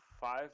five